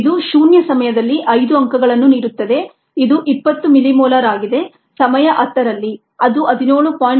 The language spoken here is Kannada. ಇದು ಶೂನ್ಯ ಸಮಯದಲ್ಲಿ 5 ಅಂಕಗಳನ್ನು ನೀಡುತ್ತದೆ ಇದು 20 ಮಿಲಿಮೋಲಾರ್ ಆಗಿದೆ ಸಮಯ 10 ರಲ್ಲಿ ಅದು 17